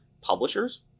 publishers